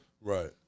right